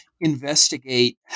investigate